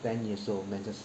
ten years old menses